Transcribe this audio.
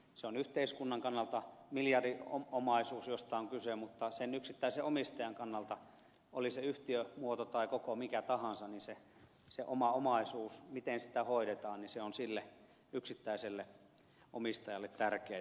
se on yhteiskunnan kannalta miljardiomaisuus josta on kyse mutta sen yksittäisen omistajan kannalta oli se yhtiömuoto tai koko mikä tahansa se oma omaisuus miten sitä hoidetaan on sille yksittäiselle omistajalle tärkeä